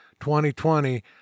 2020